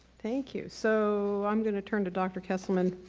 thank you. so i'm going to turn to dr. kesselman